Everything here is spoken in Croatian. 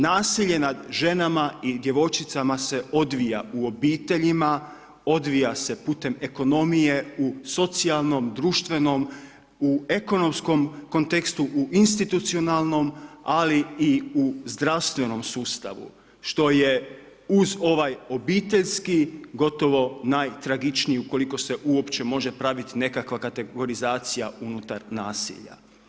Nasilje nad ženama i djevojčicama se odvija u obiteljima, odvija se putem ekonomije, u socijalnom, društvenom, u ekonomskom kontekstu, u institucionalnom ali i u zdravstvenom sustavu što je uz ovaj obiteljski gotovo najtragičniji ukoliko se uopće može praviti nekakva kategorizacija unutar nasilja.